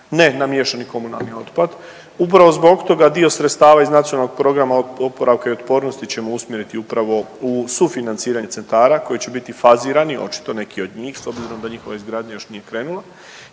ne na miješani komunalni otpad. Upravo zbog toga dio sredstava iz Nacionalnog programa oporavka i otpornosti ćemo usmjeriti upravo u sufinanciranje centara koji će biti fazirani očito neki od njih s obzirom da njihova izgradnja još nije krenula